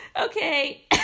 okay